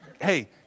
hey